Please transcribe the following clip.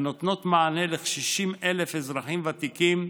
הנותנות מענה לכ-60,000 אזרחים ותיקים,